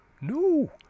No